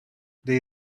they